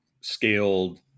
scaled